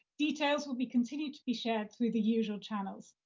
details will be continued to be shared through the usual channels.